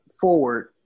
forward